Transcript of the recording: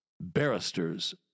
Barristers